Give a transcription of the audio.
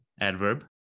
adverb